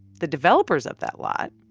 the developers of that lot,